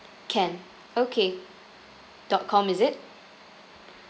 can okay dot com is it